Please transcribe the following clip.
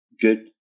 good